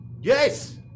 Yes